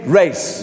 race